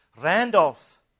Randolph